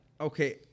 Okay